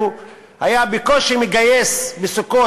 בקושי היה מגייס בסוכות,